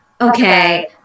okay